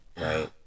right